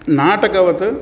नाटकवत्